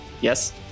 yes